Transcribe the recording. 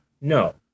No